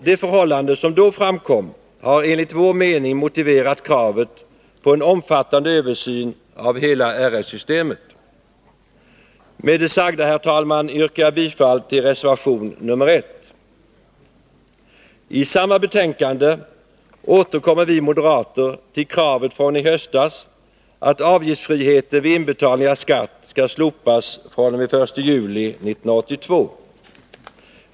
De förhållanden som då framkom har enligt vår mening motiverat kravet på en omfattande översyn av hela RS-systemet. Med det sagda, herr talman, yrkar jag bifall till reservation 1. I samma betänkande återkommer vi moderater till kravet från i höstas att avgiftsfriheten vid inbetalning av skatt skall slopas fr.o.m. den 1 juli 1982.